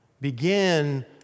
begin